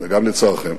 וגם לצערכם,